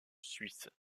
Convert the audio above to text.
suisse